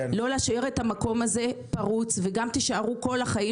לא להשאיר את המקום הזה פרוץ וגם תישארו כל החיים